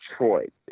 Detroit